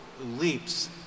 leaps